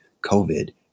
covid